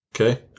Okay